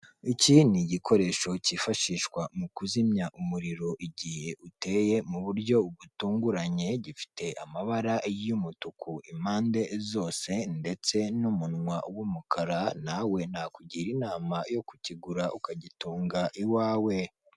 Iki ni igikoresho kifashishwa mu kuzimya umuriro igihe uteye mu buryo butunguranye gifite amabara y'umutuku impande zose, ndetse n'umunwa w'umukara, nawe nakugira inama yo kukigura ukagitunga iwawe.